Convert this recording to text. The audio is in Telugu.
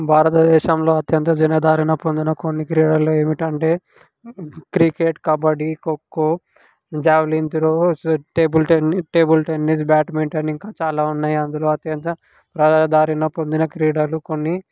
భారతదేశంలో అత్యంత జనాదరణ పొందిన కొన్ని క్రీడలు ఏమిటంటే cricket kabaddi kho kho javelin throw table tennis table tennis badminton ఇంకా చాలా ఉన్నాయి అందులో అత్యంత ప్రజాదరణ పొందిన క్రీడలు కొన్ని